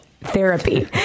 Therapy